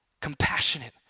Compassionate